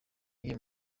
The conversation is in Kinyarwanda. iyihe